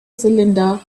cylinder